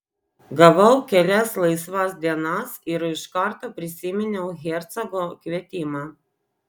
gavau kelias laisvas dienas ir iš karto prisiminiau hercogo kvietimą